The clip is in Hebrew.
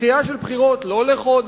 דחייה של הבחירות לא לחודש,